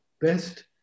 best